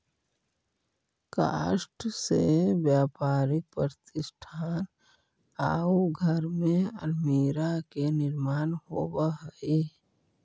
काष्ठ से व्यापारिक प्रतिष्ठान आउ घर में अल्मीरा के निर्माण होवऽ हई